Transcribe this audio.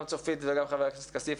גם לצופית וגם לחבר הכנסת כסיף,